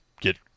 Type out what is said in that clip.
get